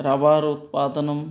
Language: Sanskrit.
रबरुत्पादनम्